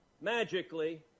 magically